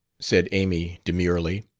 said amy demurely,